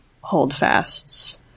holdfasts